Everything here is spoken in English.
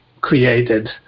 created